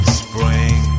spring